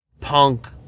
punk